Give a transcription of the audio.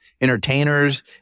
entertainers